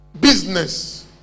business